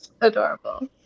adorable